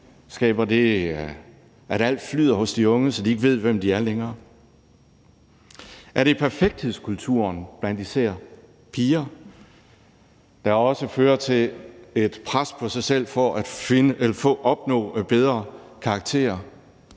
sådan at alt flyder hos de unge, så de ikke længere ved, hvem de er? Er det perfekthedskulturen blandt især piger, der også fører til, at de presser sig selv for at opnå bedre karakterer